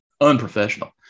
unprofessional